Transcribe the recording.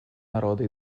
народа